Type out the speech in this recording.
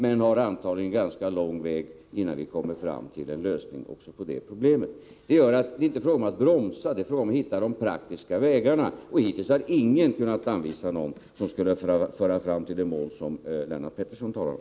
Antagligen är det ganska lång väg kvar innan vi kommer fram till en lösning också på det problemet. Det är således inte fråga om att bromsa, utan det är fråga om att hitta de rätta vägarna att praktiskt komma fram till en lösning. Hittills har ingen kunnat anvisa en väg som kan föra oss fram till det mål som Lennart Pettersson talar om.